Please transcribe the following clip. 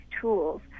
tools